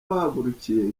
bahagurukiye